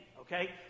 okay